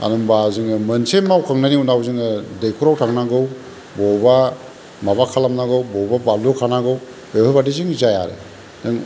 मानो होनबा जोङो मोनसे मावखांनायनि उनाव जोङो दैखराव थांनांगौ बबावबा माबा खालामनांगौ बबावबा बानलु खानांगौ बेफोरबादिजों जाया आरो जों